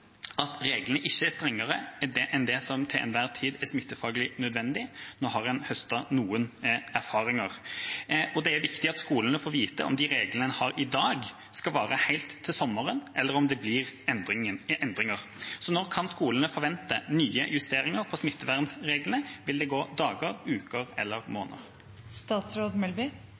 at reglene ikke er strengere enn det som til enhver tid er smittefaglig nødvendig. Nå har man høstet noen erfaringer. Det er viktig at skolene får vite om de reglene man har i dag, skal vare helt til sommeren, eller om det blir endringer. Når kan skolene forvente nye justeringer i smittevernreglene – vil det gå dager, uker eller